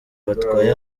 batwaye